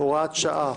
(הוראת שעה,